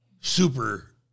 super